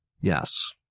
Yes